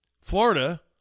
Florida